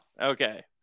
Okay